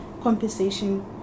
compensation